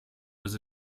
was